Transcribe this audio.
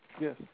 Yes